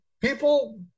People